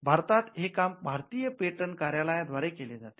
भारतात हे काम भारतीय पेटंट कार्यालया द्वारे केले जाते